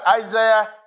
Isaiah